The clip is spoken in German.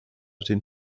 den